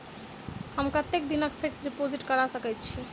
हम कतेक दिनक फिक्स्ड डिपोजिट करा सकैत छी?